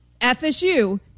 FSU